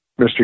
Mr